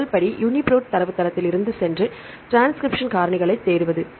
முதல் படி யூனிபிரோட் தரவுத்தளத்திற்குச் சென்று டிரான்ஸ்கிரிப்ஷன் காரணிகளைத் தேடுவது